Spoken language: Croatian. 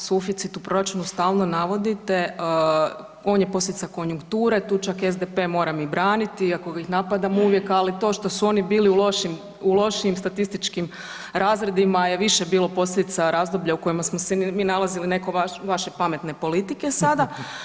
Dobro, taj suficit u proračunu stalno navodite, on je posljedica konjunkture tu čak SDP moram i braniti iako ih napadam uvijek, ali to što su oni bili u lošijim statističkim razredima je više bilo posljedica razdoblja u kojima smo se mi nalazili ne ko vaše pametne politike sada.